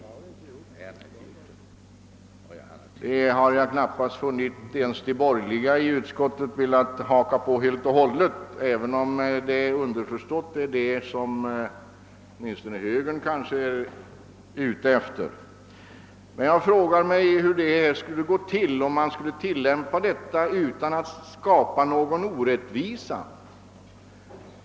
Det har jag knappast funnit att ens de borgerliga i utskottet velat göra helt och hållet, även om det underförstått är detta som åtminstone högern kanske är ute efter. Men jag frågar mig hur en sådan princip skulle kunna tillämpas utan att orättvisa skapas.